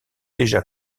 déjà